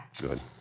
Good